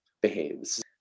behaves